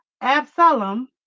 Absalom